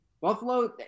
Buffalo